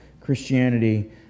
Christianity